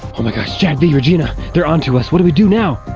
oh my gosh sadly regina they're on to us what do we do now?